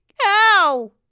Ow